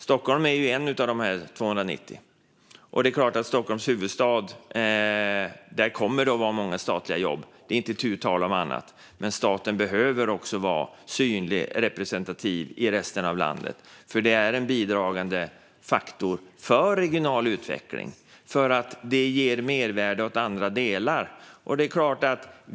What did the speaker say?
Stockholm är en av de 290. Det är klart att det kommer att vara många statliga jobb i Sveriges huvudstad Stockholm. Det är inte tu tal om det. Men staten behöver också vara synlig och representerad i resten av landet. Det är en bidragande faktor för regional utveckling. Det ger mervärde åt andra delar.